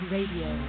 Radio